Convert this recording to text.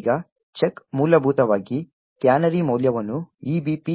ಈಗ ಚೆಕ್ ಮೂಲಭೂತವಾಗಿ ಕ್ಯಾನರಿ ಮೌಲ್ಯವನ್ನು EBP